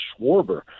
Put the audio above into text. Schwarber